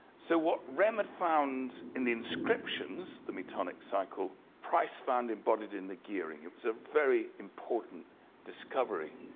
so what rhem and found in the inscriptions, the metonic cycle, price found embedded in the gearing. it was a very important discovery